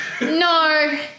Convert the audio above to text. No